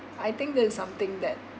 I think this is something that